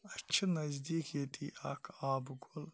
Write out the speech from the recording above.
اَسہِ چھُ نَزدیٖک ییٚتہِ اکھ آبہٕ کُل